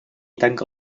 tanca